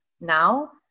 now